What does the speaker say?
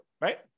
right